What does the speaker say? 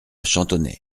chantonnay